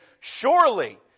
surely